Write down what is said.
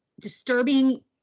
disturbing